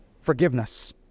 forgiveness